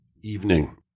evening